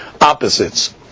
opposites